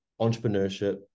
entrepreneurship